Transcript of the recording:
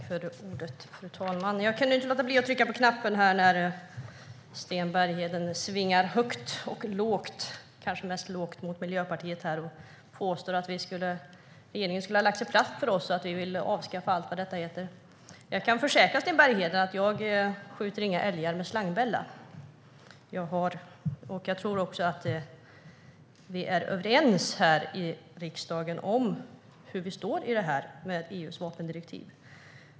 Fru talman! Jag kunde inte låta bli att trycka på knappen och begära replik när Sten Bergheden svingar högt och lågt mot Miljöpartiet och påstår att regeringen skulle ha lagt sig platt för oss och att vi vill avskaffa allt. Jag kan försäkra Sten Bergheden att jag inte skjuter älgar med slangbella. Jag tror att vi är överens i riksdagen om hur vi ställer oss inför EU:s vapendirektiv.